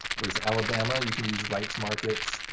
what is it? alabama. you can use wright's markets.